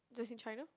just in China